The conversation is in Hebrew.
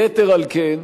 יתר על כן,